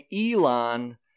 Elon